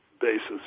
basis